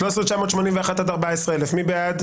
13,881 עד 13,900, מי בעד?